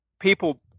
People